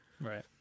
right